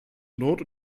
not